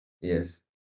Yes